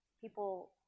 People